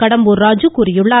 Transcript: கடம்பூர் ராஜு தெரிவித்துள்ளார்